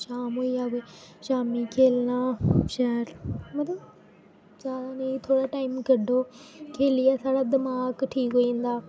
शाम होई जा अगर शामीं खेल्लना शैल मतलब जादा नेईं थोह्ड़ा टैम कड्ढो खे'ल्लियै साढ़ा दमाक ठीक होई जंदा